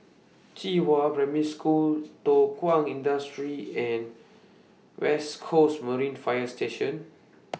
Qihua Primary School Thow Kwang Industry and West Coast Marine Fire Station